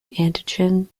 antigen